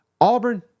Auburn